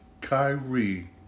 Kyrie